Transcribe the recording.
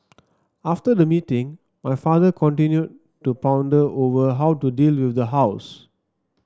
after the meeting my father continued to ponder over how to deal with the house